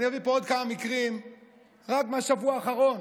אני אביא פה עוד כמה מקרים רק מהשבוע האחרון.